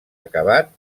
acabat